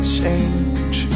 change